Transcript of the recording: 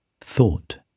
Thought